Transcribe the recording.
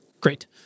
Great